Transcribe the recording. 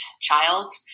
child